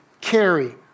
carry